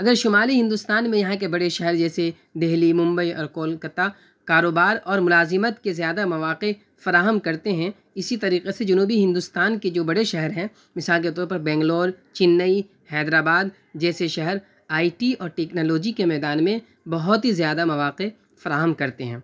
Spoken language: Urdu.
اگر شمالی ہندوستان میں یہاں کے بڑے شہر جیسے دہلی ممبئی اور کولکاتہ کاروبار اور ملازمت کے زیادہ مواقع فراہم کرتے ہیں اسی طریقے سے جنوبی ہندوستان کے جو بڑے شہر ہیں مثال کے طور پر بنگلور چنئی حیدرآباد جیسے شہر آئی ٹی اور ٹکنالوجی کے میدان میں بہت ہی زیادہ مواقع فراہم کرتے ہیں